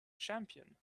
champion